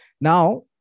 Now